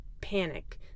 panic